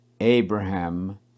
Abraham